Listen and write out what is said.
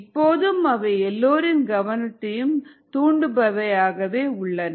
இப்போதும் அவை எல்லோரின் கவனத்தையும் தூண்டுபவை ஆகவே உள்ளன